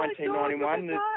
1991